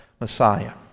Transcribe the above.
Messiah